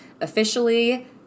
Officially